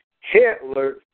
Hitler